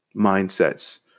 mindsets